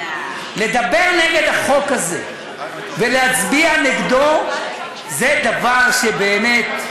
לדבר נגד החוק הזה ולהצביע נגדו זה דבר שבאמת,